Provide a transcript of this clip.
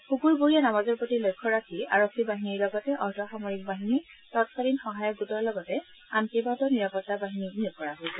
শুকুৰবৰীয়া নামাজৰ প্ৰতি লক্ষ্য ৰাখি আৰক্ষীবাহিনীৰ লগতে অৰ্ধসামৰিক বাহিনী তৎকালীন সহায়ক গোট আদিৰ লগতে আন কেইবাটাও নিৰাপত্তা বাহিনী নিয়োগ কৰা হৈছিল